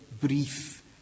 brief